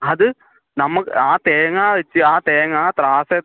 അത് നമുക്ക് ആ തേങ്ങ വെച്ച് ആ തേങ്ങ ആ ത്രാസിൽ